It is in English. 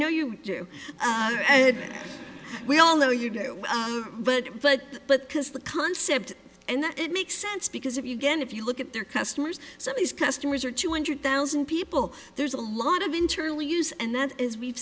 know you do that we all know you do but but but because the concept and that it makes sense because if you get if you look at their customers so these customers are two hundred thousand people there's a lot of internal use and then as we've